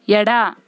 ಎಡ